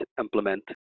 implement